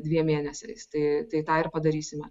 dviem mėnesiais tai tai tą ir padarysime